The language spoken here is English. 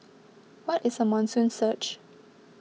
what is a monsoon surge